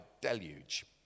deluge